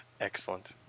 Excellent